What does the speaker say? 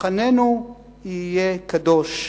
מחננו יהיה קדוש.